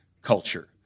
culture